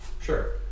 sure